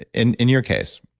ah in in your case,